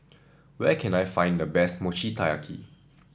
where can I find the best Mochi Taiyaki